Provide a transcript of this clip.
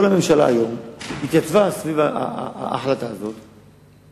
כל הממשלה היום התייצבה סביב ההחלטה הזאת,